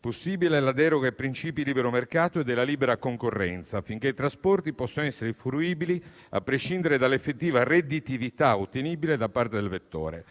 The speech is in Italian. possibile la deroga ai principi del libero mercato e della libera concorrenza affinché i trasporti possano essere fruibili a prescindere dall'effettiva redditività ottenibile da parte del vettore.